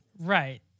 Right